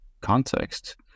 context